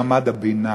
מעמד הביניים.